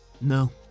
No